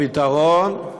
הפתרון,